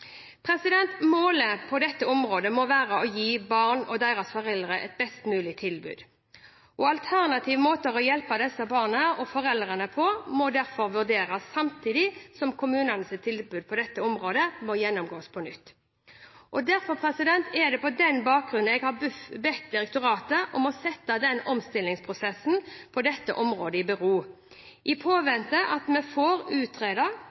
Målet på dette området må være å gi barn og deres foreldre et best mulig tilbud. Alternative måter å hjelpe disse barna og foreldrene på må derfor vurderes, samtidig som kommunenes tilbud på dette området må gjennomgås på nytt. Det er på denne bakgrunn jeg har bedt direktoratet om å stille omstillingsprosessen på dette området i bero, i påvente av at vi får